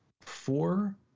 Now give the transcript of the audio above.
four